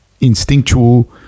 instinctual